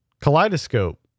Kaleidoscope